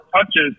touches